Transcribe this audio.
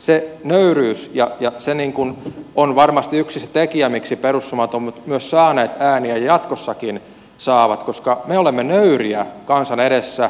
se nöyryys ja ja se niin kun on varmasti yksi tekijä miksi perussuomalaiset ovat myös saaneet ääniä ja jatkossakin saavat koska me olemme nöyriä kansan edessä